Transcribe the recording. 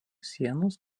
sienos